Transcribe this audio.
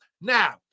Now